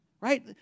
Right